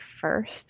first